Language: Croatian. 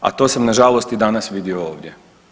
A to sam nažalost i danas vidio ovdje.